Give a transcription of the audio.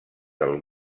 del